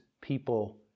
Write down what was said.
people